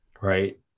right